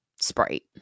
Sprite